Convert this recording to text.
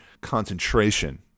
concentration